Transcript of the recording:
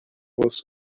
was